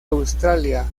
australia